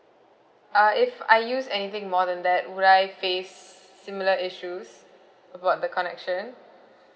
uh if I use anything more than that would I face similar issues about the connection